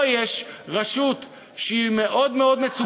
פה יש רשות שהיא מאוד מאוד מצומצמת,